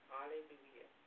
Hallelujah